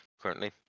currently